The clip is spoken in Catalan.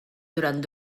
durant